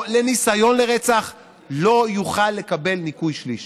לניסיון לרצח לא יוכל לקבל ניכוי שליש.